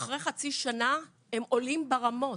אחרי חצי שנה הם עולים ברמות,